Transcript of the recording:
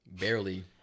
Barely